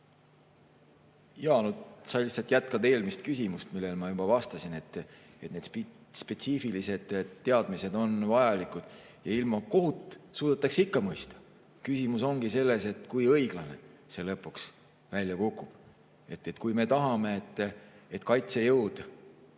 Jaa, nüüd sa lihtsalt jätkad eelmist küsimust, millele ma juba vastasin. Need spetsiifilised teadmised on vajalikud. Aga kohut suudetakse ikka mõista. Küsimus on selles, kui õiglane see lõpuks välja kukub. Kui me tahame, et meie kaitsejõud,